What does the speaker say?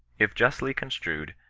if justly construed,